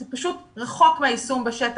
זה פשוט רחוק מהיישום בשטח.